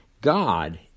God